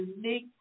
unique